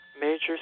Major